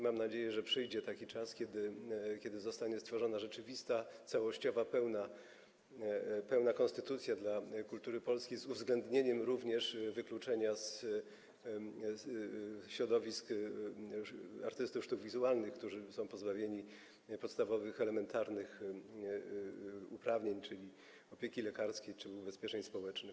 Mam nadzieję, że przyjdzie taki czas, kiedy zostanie stworzona rzeczywista, całościowa, pełna konstytucja dla kultury polskiej, z uwzględnieniem również wykluczenia środowisk artystów sztuk wizualnych, którzy są pozbawieni podstawowych, elementarnych uprawnień, czyli opieki lekarskiej czy ubezpieczeń społecznych.